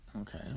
Okay